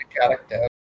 character